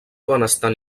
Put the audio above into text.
benestant